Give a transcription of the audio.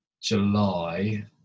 July